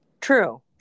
True